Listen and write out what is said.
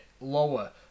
lower